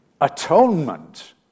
Atonement